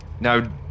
Now